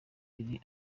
kiri